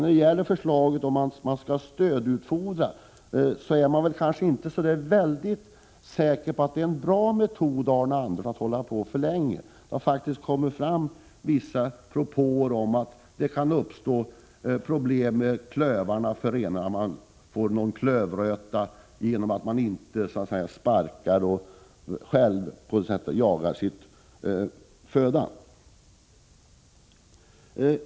När det gäller förslaget till stödutfodring är man, Arne Andersson, inte så helt säker på att denna metod är bra i längden. Det har faktiskt kommit fram vissa uppgifter om att det kan uppstå problem med renarnas klövar. Renarna kan drabbas av ett slags klövröta därför att de inte behöver sparka fram sin egen föda.